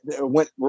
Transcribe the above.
went